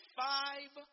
five